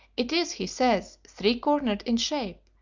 it is, he says, three cornered in shape,